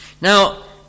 Now